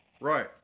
Right